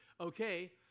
okay